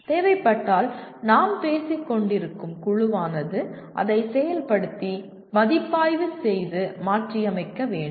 தேவைப்பட்டால் நாம் பேசிக்கொண்டிருக்கும் குழுவானது அதைச் செயல்படுத்தி மதிப்பாய்வு செய்து மாற்றியமைக்க வேண்டும்